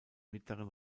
mittleren